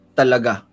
talaga